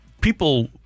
people